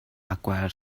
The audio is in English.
acquire